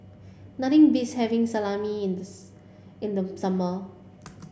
nothing beats having Salami in the in the summer